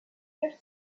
your